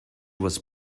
was